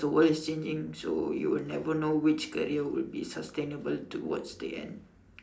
the world is changing so you will never know which career will be sustainable towards the end